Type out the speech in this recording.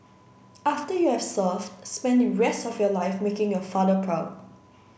after you have served spend the rest of your life making your father proud